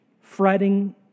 fretting